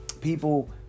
people